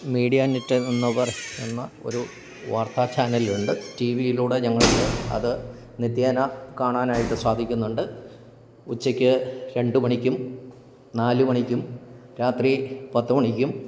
Medianet എന്ന് എന്ന ഒരു വാർത്താ ചാനല് ഉണ്ട് ടി വിയിലൂടെ ഞങ്ങൾക്ക് അത് നിത്യേന കാണാനായിട്ട് സാധിക്കുന്നുണ്ട് ഉച്ചയ്ക്ക് രണ്ട് മണിക്കും നാല് മണിക്കും രാത്രി പത്ത് മണിക്കും